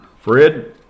Fred